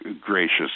gracious